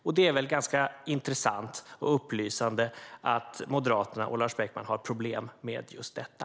Och det är väl ganska intressant och upplysande att Moderaterna och Lars Beckman har problem med just detta.